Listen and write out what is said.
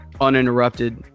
uninterrupted